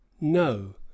no